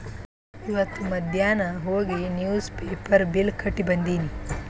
ಇವತ್ ಮಧ್ಯಾನ್ ಹೋಗಿ ನಿವ್ಸ್ ಪೇಪರ್ ಬಿಲ್ ಕಟ್ಟಿ ಬಂದಿನಿ